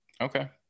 okay